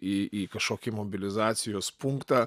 į į kažkokį mobilizacijos punktą